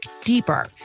deeper